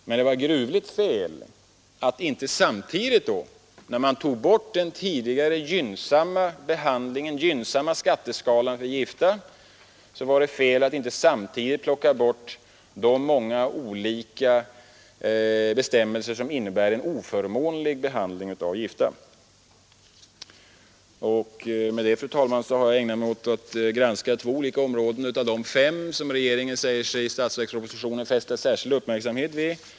Men det var gruvligt fel att man inte samtidigt, som man tog bort den tidigare gynnsamma skatteskalan för gifta, också plockade bort de många olika bestämmelser som innebär en oförmånlig behandling av gifta. Med det anförda, fru talman, har jag ägnat mig åt att granska två områden av de fem som regeringen i statsverkspropositionen säger sig fästa särskild uppmärksamhet vid.